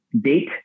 Date